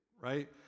Right